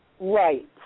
Right